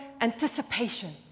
anticipation